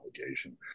obligation